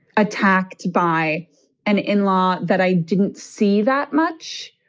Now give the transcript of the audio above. attacked by an in-law that i didn't see that much.